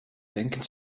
denken